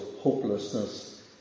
hopelessness